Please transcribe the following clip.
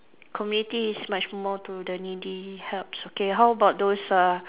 community is much more to the needy help okay how about those uh